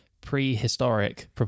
prehistoric